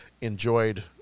enjoyed